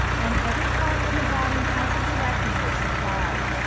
and every part of the body has a direct nerve supply,